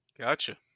Gotcha